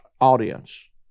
audience